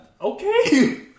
okay